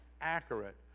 accurate